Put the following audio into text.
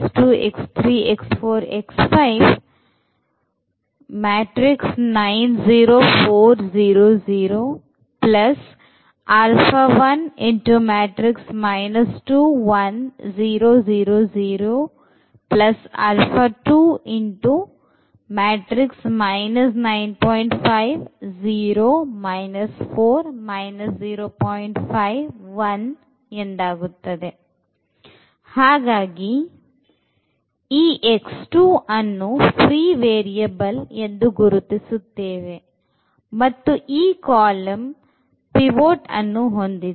Take ಈ x2 ಅನ್ನು pre variable ಎಂದು ಗುರುತಿಸುತ್ತೇವೆ ಮತ್ತು ಈ ಕಾಲಂ pivot ಅನ್ನು ಹೊಂದಿದೆ